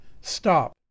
stop